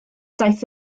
daeth